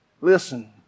listen